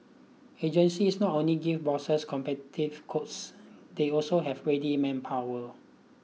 agencies not only give bosses quotes they also have ready manpower